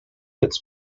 its